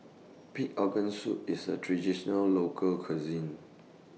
Pig'S Organ Soup IS A Traditional Local Cuisine